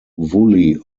wholly